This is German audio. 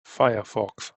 firefox